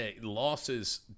losses